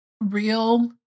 real